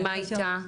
ומה איתה?